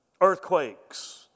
earthquakes